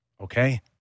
Okay